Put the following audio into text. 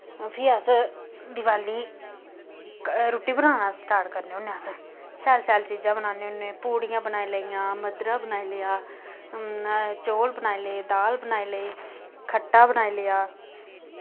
प्ही अस दिबाली रुट्टी बनाना स्टार्ट करने होन्ने अस शैल शैल चीजां बनाने होन्ने पूड़ियां बनाई लेईयां मद्धरा बनाई लेआ चौल बनाई ले दाल बनाई लेई खट्टा बनाई लेआ